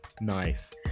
Nice